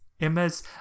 Emma's